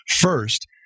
first